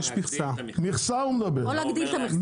נכון יש מכסה לא מספקת.